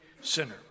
sinner